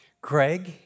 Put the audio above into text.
Craig